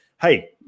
hey